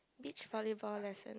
beach volleyball lesson